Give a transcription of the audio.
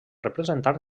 representar